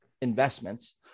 investments